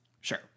Sure